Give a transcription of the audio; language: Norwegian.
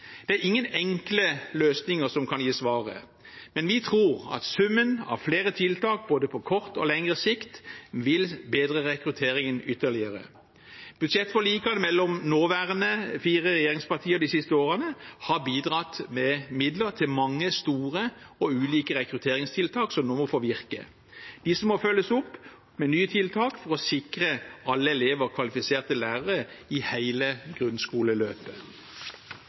Det er ingen enkle løsninger som kan gi svaret, men vi tror at summen av flere tiltak på både kort og lengre sikt vil bedre rekrutteringen ytterligere. Budsjettforlikene mellom nåværende fire regjeringspartier de siste årene har bidratt med midler til mange store og ulike rekrutteringstiltak som nå må få virke. De må følges opp med nye tiltak for å sikre alle elever kvalifiserte lærere i hele grunnskoleløpet.